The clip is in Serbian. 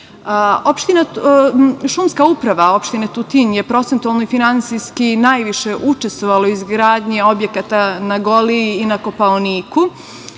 uprava opštine Tutin je procentualno i finansijski najviše učestvovala u izgradnji objekata na Goliji i na Kopaoniku,